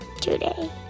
today